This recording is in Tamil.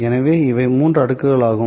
எனவே இவை மூன்று அடுக்குகளாகும்